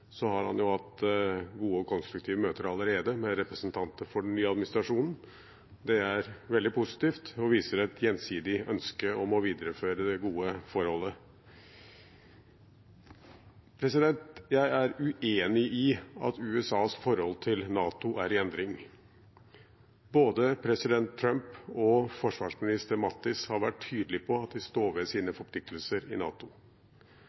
har han allerede hatt gode og konstruktive møter med representanter for den nye administrasjonen. Det er veldig positivt og viser et gjensidig ønske om å videreføre det gode forholdet. Jeg er uenig i at USAs forhold til NATO er i endring. Både president Trump og forsvarsminister Mattis har vært tydelige på at de står ved sine forpliktelser i NATO.